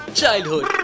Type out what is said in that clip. childhood